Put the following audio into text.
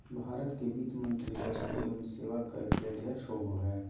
भारत के वित्त मंत्री वस्तु एवं सेवा कर के अध्यक्ष होबो हइ